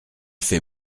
fait